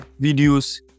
videos